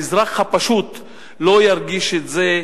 האזרח הפשוט לא ירגיש את זה.